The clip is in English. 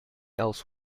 else